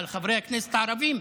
על חברי הכנסת הערבים,